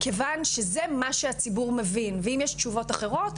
כיוון שזה מה שהציבור מבין ואם יש תשובות אחרות,